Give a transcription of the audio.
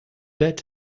bed